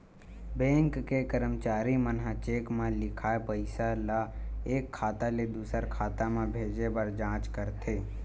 bank के करमचारी मन ह चेक म लिखाए पइसा ल एक खाता ले दुसर खाता म भेजे बर जाँच करथे